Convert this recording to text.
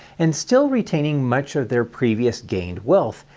and still retaining much of their previous gained wealth,